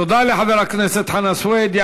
תודה לחבר הכנסת סוייד.